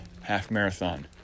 half-marathon